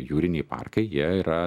jūriniai parkai jie yra